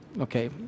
Okay